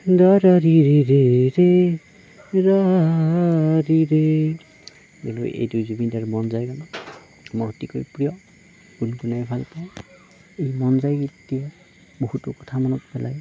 ৰা ৰা ৰি ৰি ৰে ৰে ৰা ৰি ৰে কিন্তু এইটো জুবিনদাৰ মন যায় গানত মোৰ অতিকৈ প্ৰিয় গুণগুণাই ভালপাওঁ এই মন যায় গীতটিয়ে বহুতো কথা মনত পেলায়